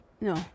No